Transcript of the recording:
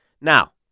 Now